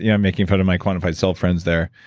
yeah i'm making fun of my quantified self-friends there.